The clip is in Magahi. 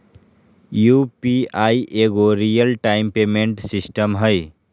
यु.पी.आई एगो रियल टाइम पेमेंट सिस्टम हइ